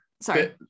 sorry